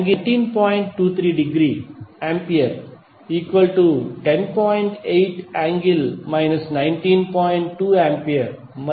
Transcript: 2◦A మరియు I2 10